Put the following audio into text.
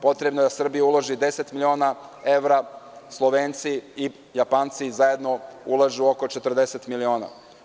Potrebno je da Srbija uloži 10 miliona evra, Slovenci i Japanci zajedno ulažu oko 40 miliona.